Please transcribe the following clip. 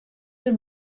der